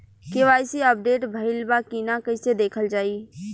KYC update भइल बा कि ना कइसे देखल जाइ?